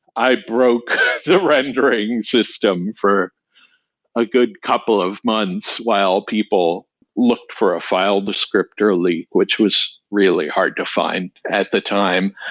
i broke the rendering system for a good couple of months while people looked for a file descriptor leak, which was really hard to find at the time.